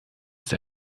ist